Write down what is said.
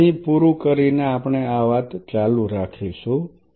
તેથી અહીં પૂરું કરીને આપણે આ વાત ચાલુ રાખીશું